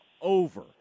over